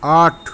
আট